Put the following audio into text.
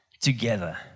together